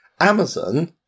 amazon